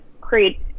create